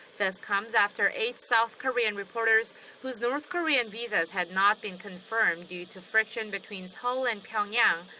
this comes after eight south korean reporters whose north korean visas had not been confirmed due to friction between seoul and pyongyang.